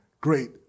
great